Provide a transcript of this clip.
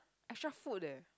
extra food eh